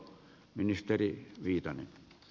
arvoisa puhemies